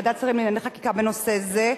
ועדת השרים לענייני חקיקה בנושא זה,